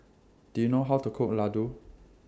Do YOU know How to Cook Ladoo